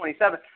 27